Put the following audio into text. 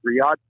Riyadh